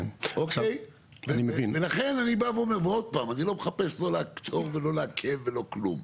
עוד פעם, אני לא מחפש לא לעצור ולא לעכב ולא כלום.